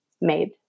made